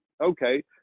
Okay